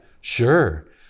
Sure